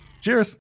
Cheers